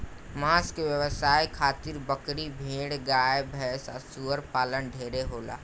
मांस के व्यवसाय खातिर बकरी, भेड़, गाय भैस आ सूअर पालन ढेरे होला